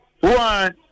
one